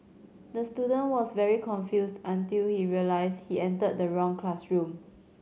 the student was very confused until he realised he entered the wrong classroom